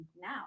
now